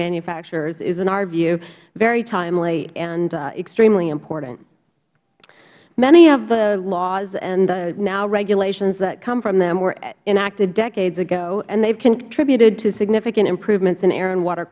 manufacturers is in our view very timely and extremely important many of the laws and now regulations that come from them were enacted decades ago and they have contributed to significant improvements in air and water